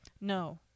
No